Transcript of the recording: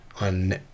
on